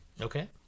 Okay